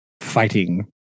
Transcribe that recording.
fighting